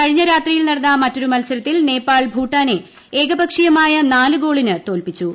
കഴിഞ്ഞ രാത്രിയിൽ നടന്ന മറ്റൊരു മത്സരത്തിൽ നേപ്പാൾ ഭൂട്ടാനെ ഏകപക്ഷീയമായ നാല് ഗോളിന് തോല്പിച്ചു